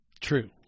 True